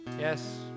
yes